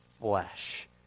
flesh